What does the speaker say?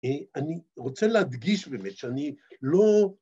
‫אני רוצה להדגיש באמת שאני לא...